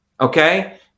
Okay